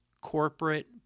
corporate